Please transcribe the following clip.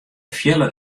fiele